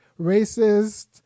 racist